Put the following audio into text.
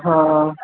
ਹਾਂ